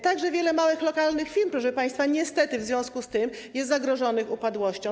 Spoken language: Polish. Także wiele małych, lokalnych firm, proszę państwa, niestety w związku z tym jest zagrożonych upadłością.